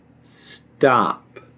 stop